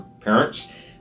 parents